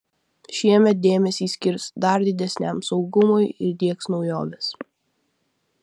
šiemet dėmesį skirs dar didesniam saugumui ir diegs naujoves